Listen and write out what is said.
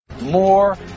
more